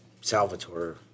Salvatore